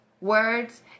words